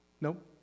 Nope